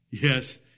Yes